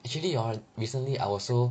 actually hor recently I also